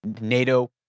NATO